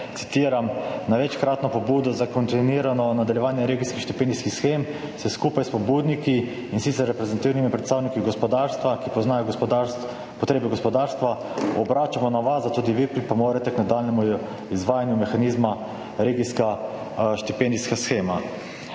»Na večkratno pobudo za kontinuirano nadaljevanje regijskih štipendijskih shem se skupaj s pobudniki, in sicer reprezentativnimi predstavniki gospodarstva, ki poznajo potrebe gospodarstva, obračamo na vas, da tudi vi pripomorete k nadaljnjemu izvajanju mehanizma Regijska štipendijska shema.«